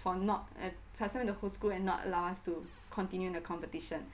for not uh suspend the whole school and not allow us to continue in the competition